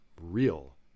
real